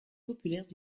populaires